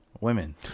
Women